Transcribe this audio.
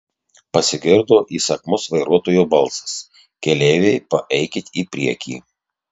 pasigirdo įsakmus vairuotojo balsas keleiviai paeikit į priekį